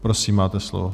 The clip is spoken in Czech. Prosím, máte slovo.